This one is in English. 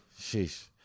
sheesh